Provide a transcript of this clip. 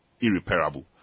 irreparable